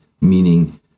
Meaning